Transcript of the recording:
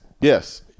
Yes